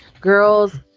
girls